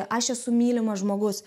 aš esu mylimas žmogus